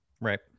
Right